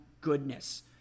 goodness